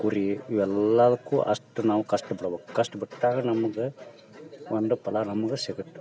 ಕುರಿ ಇವೆಲ್ಲದಕ್ಕೂ ಅಷ್ಟು ನಾವು ಕಷ್ಟ್ಪಡ್ಬೇಕ್ ಕಷ್ಟಬಿಟ್ಟಾಗ ನಮ್ಗೆ ಒಂದು ಫಲ ನಮ್ಗೆ ಸಿಗುತ್ತೆ